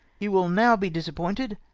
he will now be disappointed,